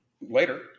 later